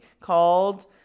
called